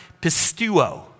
pistuo